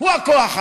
הוא הכוח האמיתי.